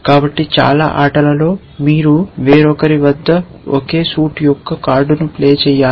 కాబట్టి చాలా ఆటలలో మీరు వేరొకరి వద్ద ఒకే సూట్ యొక్క కార్డును ప్లే చేయాలి